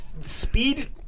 speed